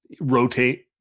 rotate